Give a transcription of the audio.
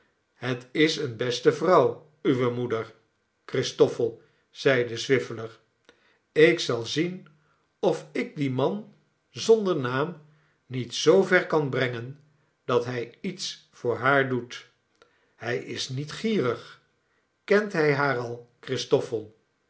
het is eene beste vrouw uwe moeder christoffel zeide swiveller ik zal zien of ik dien man zonder naam niet zoover kan brengen dat hij iets voor haar doet hij is niet gierig kent hij haar al christoffel